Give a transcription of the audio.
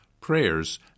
prayers